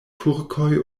turkoj